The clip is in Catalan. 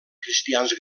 cristians